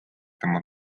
tema